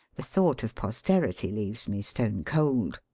the thought of posterity leaves me stone cold.